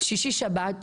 שישי שבת,